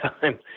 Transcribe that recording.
time